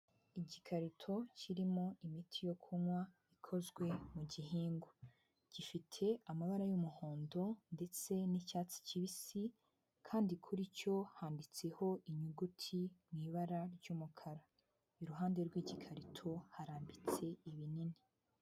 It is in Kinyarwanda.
Igikarito kirimo imiti yo kunywa ikozwe mu gihingwa gifite amabara y'umuhondo ndetse n'icyatsi kibisi kandi kuri cyo handitseho inyuguti mu ibara ry'umukara, iruhande rw'igikarito harambitse ibinini.